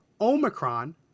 Omicron